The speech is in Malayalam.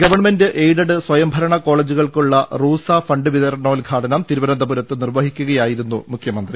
ഗവൺമെൻ് എയിഡഡ് സ്വയംഭരണ കോളജുകൾക്കുള്ള റൂസ ഫണ്ട് വിതരണോദ്ഘാടനം തിരുവനന്തപുരത്ത് നിർവ്വഹിക്കുകയാ യിരുന്നു മുഖ്യമന്ത്രി